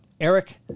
Eric